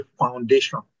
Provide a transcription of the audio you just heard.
foundation